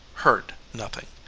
heard nothing.